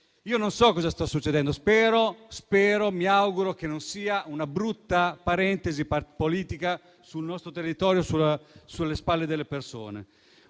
Io non so cosa stia succedendo. Spero - mi auguro - che non sia una brutta parentesi politica sul nostro territorio, sulle spalle delle persone.